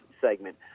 segment